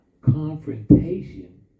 confrontation